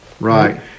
Right